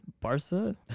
Barca